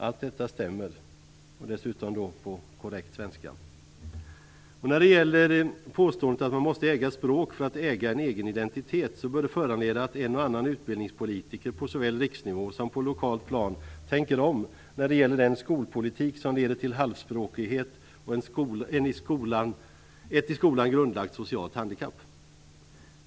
Allt detta stämmer, och det uttrycks dessutom på korrekt svenska. Påståendet att man måste äga ett språk för att äga en egen identitet bör föranleda en och annan utbildningspolitiker på såväl riksnivå som lokalt plan att tänka om när det gäller den skolpolitik som leder till halvspråkighet och ett i skolan grundlagt socialt handikapp.